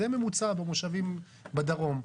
זה ממוצע במושבים בדרום.